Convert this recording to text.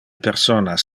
personas